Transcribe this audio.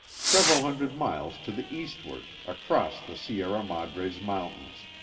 several hundred miles to the eastward, across the sierra madres mountains.